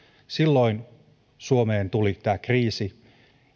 silloin suomeen tuli tämä kriisi